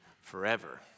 forever